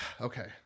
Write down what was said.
Okay